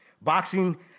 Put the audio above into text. Boxing